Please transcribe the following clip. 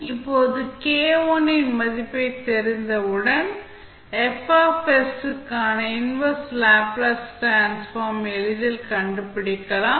இப்போது மதிப்பு தெரிந்தவுடன் F க்கான இன்வெர்ஸ் லேப்ளேஸ் டிரான்ஸ்ஃபார்ம் எளிதில் கண்டுபிடிக்கலாம்